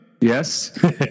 Yes